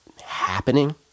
happening